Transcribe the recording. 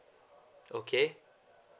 okay